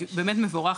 כי הוא באמת מבורך